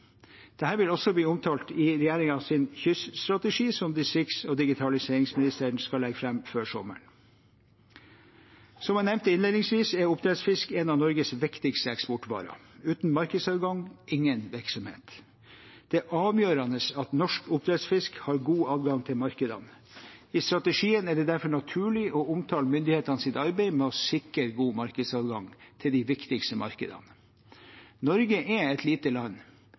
vil omtales i regjeringens kyststrategi, som distrikts- og digitaliseringsministeren skal legge fram før sommeren. Som jeg nevnte innledningsvis, er oppdrettsfisk en av Norges viktigste eksportvarer. Uten markedsadgang ingen virksomhet. Det er avgjørende at norsk oppdrettsfisk har god adgang til markedene. I strategien er det derfor naturlig å omtale myndighetenes arbeid med å sikre god markedsadgang til de viktigste markedene. Norge er et lite land,